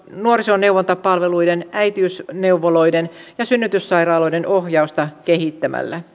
nuorisoneuvontapalveluiden äitiysneuvoloiden ja synnytyssairaaloiden ohjausta kehittämällä